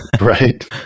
Right